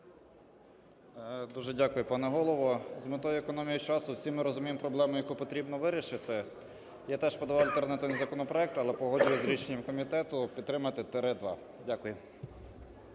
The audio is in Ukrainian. Дуже дякую, пане Голово. З метою економії часу всі ми розуміємо проблему, яку потрібно вирішити. Я теж подавав альтернативний законопроект, але погоджуюсь з рішенням комітету підтримати тире 2. Дякую.